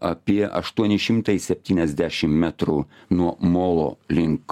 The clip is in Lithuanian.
apie aštuoni šimtai septyniasdešim metrų nuo molo link